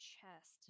chest